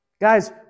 Guys